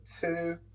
two